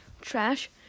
Trash